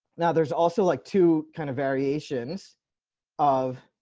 now, there's also like to kind of variations of